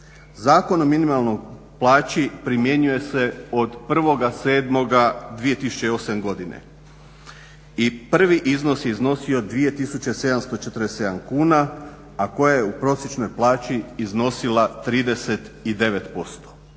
Zakon o minimalnoj plaći primjenjuje se od 1.7.2008. godine i prvi iznos je iznosio 2747 kuna, a koja je u prosječnoj plaći iznosila 39%.